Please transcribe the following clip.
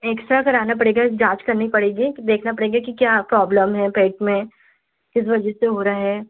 x रा कराना पड़ेगा जाँच करनी पड़ेगी कि देखना पड़ेगा कि क्या प्रॉब्लम है पेट में किस वजह से हो रहा है